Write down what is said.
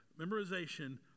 memorization